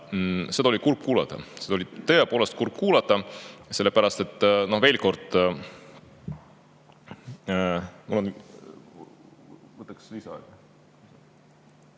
Seda oli kurb kuulata. Seda oli tõepoolest kurb kuulata, sellepärast et, veel kord